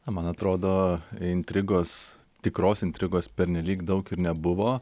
na man atrodo intrigos tikros intrigos pernelyg daug ir nebuvo